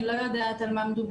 אני לא יודעת על מה מדובר.